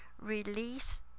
release